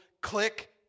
Click